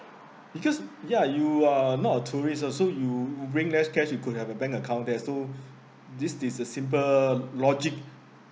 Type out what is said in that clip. because ya you are not a tourist uh so you bring less cash you could have a bank account there so this is a simple logic